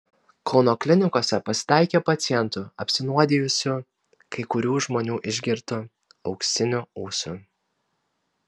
kauno klinikose pasitaikė pacientų apsinuodijusių kai kurių žmonių išgirtu auksiniu ūsu